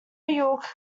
york